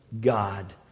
God